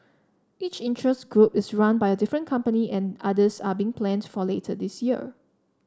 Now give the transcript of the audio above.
each interest group is run by a different company and others are being planned for later this year